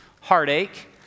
heartache